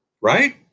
right